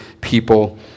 people